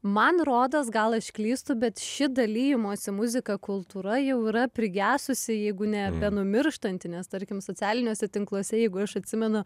man rodos gal aš klystu bet ši dalijimosi muzika kultūra jau yra prigesusi jeigu ne benumirštanti nes tarkim socialiniuose tinkluose jeigu aš atsimenu